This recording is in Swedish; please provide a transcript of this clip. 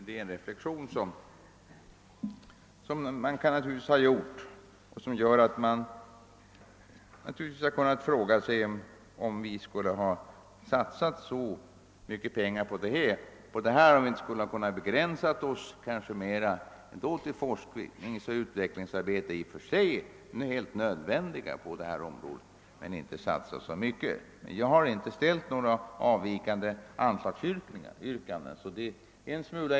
Den reflexionen kunde man naturligtvis göra. Forskningsoch utvecklingsarbeie är helt nödvändiga på detta område, men vi kanske inte borde ha satsat så mycket. Jag ställde emellertid inga avvikande anslagsyrkanden.